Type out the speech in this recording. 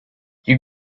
you